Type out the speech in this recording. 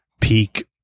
peak